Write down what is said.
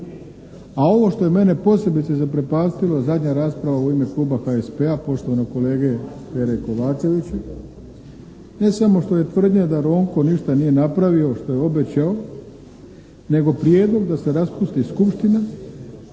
A ovo što je mene posebice zaprepastilo zadnja rasprava u ime Kluba HSP-a poštovanog kolege Pere Kovačevića ne samo što je tvrdnja da Ronko ništa nije napravio što je obećao nego prijedlog da se raspusti skupština.